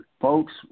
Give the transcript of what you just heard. Folks